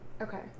okay